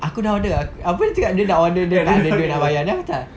aku dah order apa dia cakap dia dah order tak ada duit nak bayar then aku macam